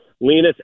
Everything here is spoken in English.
Linus